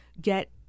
get